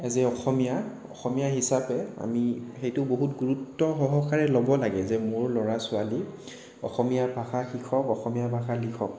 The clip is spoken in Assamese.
এজ এ অসমীয়া অসমীয়া হিচাপে আমি সেইটো বহুত গুৰুত্ব সহকাৰে ল'ব লাগে যে মোৰ ল'ৰা ছোৱালী অসমীয়া ভাষা শিকক অসমীয়া ভাষা লিখক